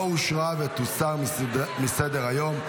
הכנסת מרב מיכאלי, לא אושרה, ותוסר מסדר-היום.